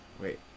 Wait